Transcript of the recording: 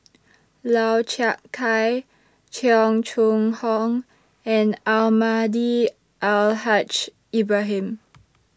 Lau Chiap Khai Cheong Choong Hong and Almahdi Al Haj Ibrahim